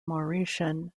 mauritian